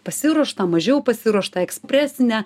pasiruoštą mažiau pasiruoštą ekspresinę